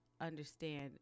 understand